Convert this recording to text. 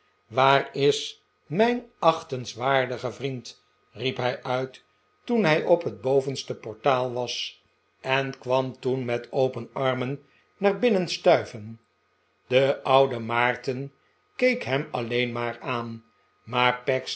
waar is mijn achtenswaardige vriend riep hij uit toen hij op het bovenste portaal was en kwam toen met open armen naar binnen stuiven de oude maarten keek hem alleen maar aan maar